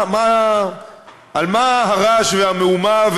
על מה הרעש והמהומה,